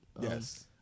Yes